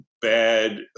bad